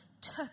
took